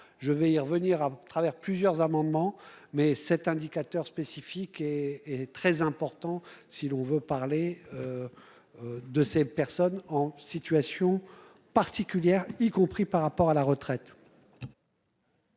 Je vais y revenir à travers plusieurs amendements mais cet indicateur spécifique et est très important si l'on veut parler. De ces personnes en situation particulière, y compris par rapport à la retraite.